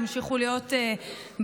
תמשיכו להיות בכוללים,